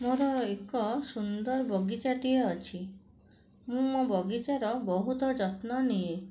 ମୋର ଏକ ସୁନ୍ଦର ବଗିଚାଟିଏ ଅଛି ମୁଁ ମୋ ବଗିଚାର ବହୁତ ଯତ୍ନ ନିଏ